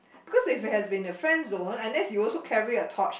cause if it has been a Friendzone unless you also carry a torch